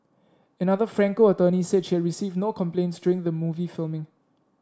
another Franco attorney said she had received no complaints during the movie filming